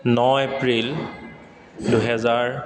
ন April দুহেজাৰ